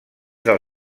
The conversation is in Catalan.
del